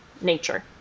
nature